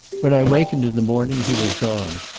when i wakened in the morning he was gone,